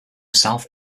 south